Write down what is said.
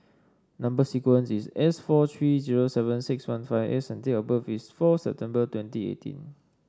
number sequence is S four three zero seven six one five S and date of birth is fourth September twenty eighteen